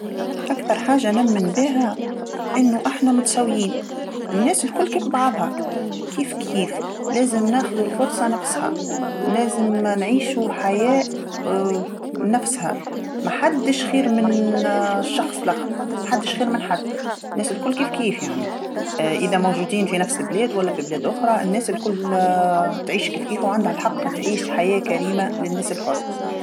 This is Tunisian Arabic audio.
أكثر حاجة نمن بيها أنو أحنا متساويين، الناس الكل كيف بعضها، كيف كيف، لازم ناخذو الفرصه نفسها، لازم نعيشو حياه نفسها محدش خير من الشخص اللاخر، محدش خير من حد، الناس الكل كيفكيف يعني، إذا موجودين في نفس البلاد ولا في بلاد أخرى، الناس الكل تعيش كيفكيف وعندها الحق تعيش حياة كريمه للناس الكل.